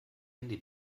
handy